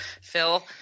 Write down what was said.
Phil